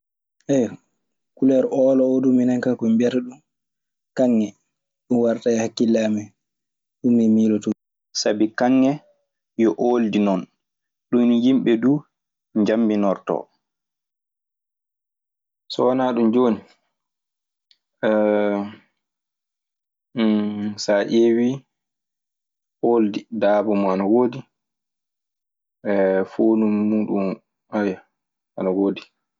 kuleer oolo oo du, minen kaa ko min mbiyata ɗun. Kaŋŋe, ɗun warta e hakkille amen. Ɗun min miilotoo. Sabi kaŋŋe yo ooldi non. Ɗun nii yimɓe duu njambinortoo. So wanaa ɗun jooni saa ƴeewii ooldi daaba mun ana woodi, foondu muuɗun ana woodi.